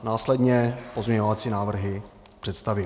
Následně pozměňovací návrhy představím.